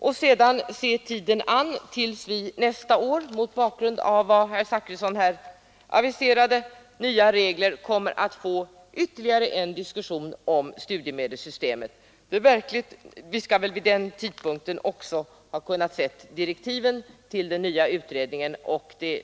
Vi får väl se tiden an tills vi nästa år — mot bakgrund av de nya regler som herr Zachrisson aviserade — får ytterligare en diskussion om studiemedelssystemet. Vi skall väl vid den tidpunkten också ha fått se direktiven till den nya utredningen.